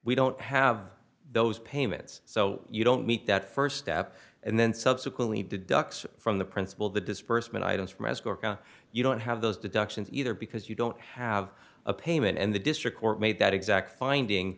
we don't have those payments so you don't meet that first step and then subsequently deduct from the principal the disbursement items from as gorka you don't have those deductions either because you don't have a payment and the district court made that exact finding